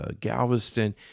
Galveston